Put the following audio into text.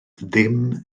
ddim